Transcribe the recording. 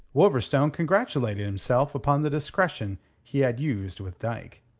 wolverstone congratulated himself upon the discretion he had used with dyke.